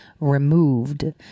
removed